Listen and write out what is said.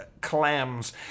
clams